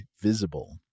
Visible